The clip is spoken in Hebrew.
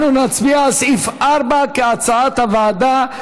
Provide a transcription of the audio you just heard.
אנחנו נצביע על סעיף 4, כהצעת הוועדה.